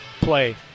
play